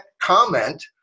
comment